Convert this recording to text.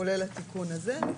כולל התיקון הזה,